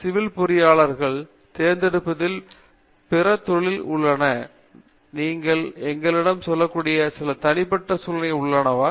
civil பொறியியலாளர்களைத் தேர்ந்தெடுப்பதில் பிற தொழில்கள் உள்ளன நீங்கள் எங்களிடம் சொல்லக்கூடிய சில தனிப்பட்ட சூழ்நிலைகள் உள்ளனவா